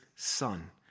son